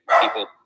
people